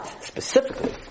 specifically